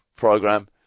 Program